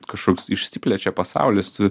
kažkoks išsiplečia pasaulis tu